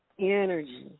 energy